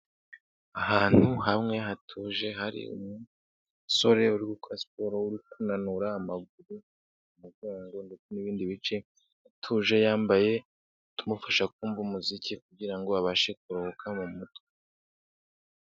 Ahantu hamwe hatuje, hari umusore uri gukora siporo uri kunanura amaguru, umugongo ndetse n'ibindi bice, atuje yambaye utumufasha kumva umuziki kugira ngo abashe kuruhuka mu mutwe.